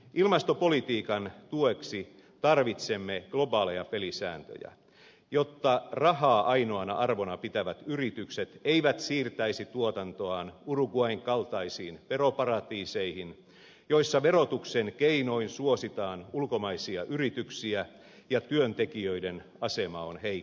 ilmastopolitiikan tueksi tarvitsemme globaaleja pelisääntöjä jotta rahaa ainoana arvona pitävät yritykset eivät siirtäisi tuotantoaan uruguayn kaltaisiin veroparatiiseihin joissa verotuksen keinoin suositaan ulkomaisia yrityksiä ja työntekijöiden asema on heikko